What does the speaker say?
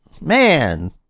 man